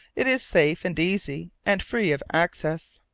it is safe, and easy, and free of access.